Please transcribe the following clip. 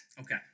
Okay